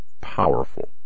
powerful